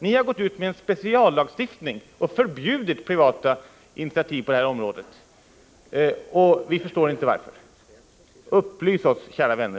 Ni har gått ut med en speciallagstiftning och förbjudit privata initiativ på detta område, och vi förstår inte varför. Upplys oss, kära vänner!